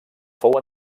fou